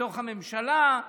בתוך הממשלה,